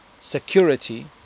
security